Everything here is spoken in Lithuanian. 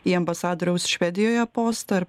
į ambasadoriaus švedijoje postą ir